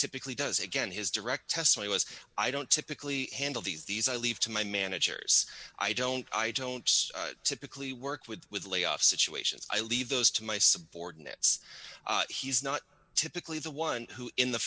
typically does again his direct testimony was i don't typically handle these i leave to my managers i don't i don't typically work with layoff situations i leave those to my subordinates he's not typically the one who in the